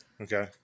Okay